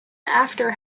after